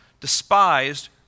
despised